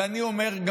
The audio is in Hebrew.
ואני אומר,